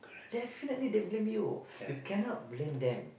definitely they blame you cannot blame them